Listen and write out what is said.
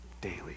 daily